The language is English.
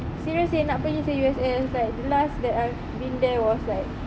seriously nak pergi seh U_S_S like last that I've been there was like